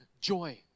joy